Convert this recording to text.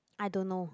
I don't know